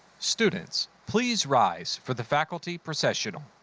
students, please rise for the faculty processional.